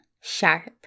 sharp